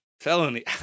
felony